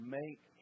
make